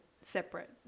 separate